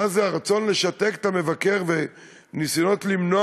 מה זה הרצון לשתק את המבקר וניסיונות למנוע